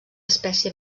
espècie